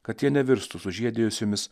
kad jie nevirstų sužiedėjusiomis